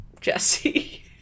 jesse